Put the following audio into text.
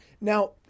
now